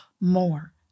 more